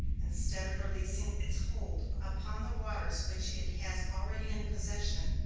instead of releasing its hold upon the waters which it has already in possession,